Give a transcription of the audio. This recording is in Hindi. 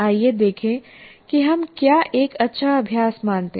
आइए देखें कि हम क्या एक अच्छा अभ्यास मानते हैं